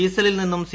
ഡീസലിൽ നിന്നും സി